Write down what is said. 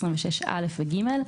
26(א) ו-(ג),